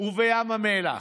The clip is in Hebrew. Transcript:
ובים המלח.